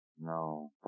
No